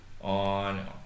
on